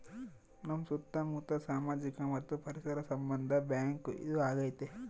ನಮ್ ಸುತ್ತ ಮುತ್ತ ಸಾಮಾಜಿಕ ಮತ್ತು ಪರಿಸರ ಸಂಬಂಧ ಬ್ಯಾಂಕ್ ಇದು ಆಗೈತೆ